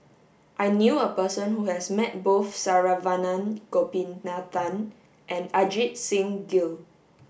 I knew a person who has met both Saravanan Gopinathan and Ajit Singh Gill